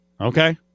Okay